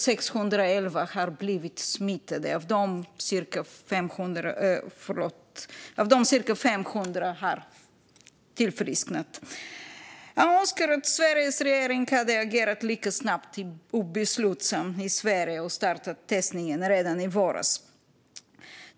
611 har blivit smittade, och av dem har cirka 500 tillfrisknat. Jag önskar att Sveriges regering hade agerat lika snabbt och beslutsamt och startat testningen i Sverige redan i våras.